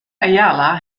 ayala